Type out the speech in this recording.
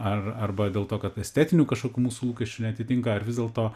ar arba dėl to kad estetinių kažkokių mūsų lūkesčių neatitinka ar vis dėlto